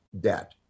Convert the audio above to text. debt